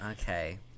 Okay